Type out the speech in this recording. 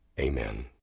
Amen